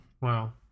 Wow